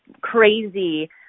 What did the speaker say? crazy